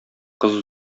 кыз